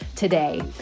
today